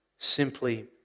simply